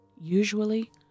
Usually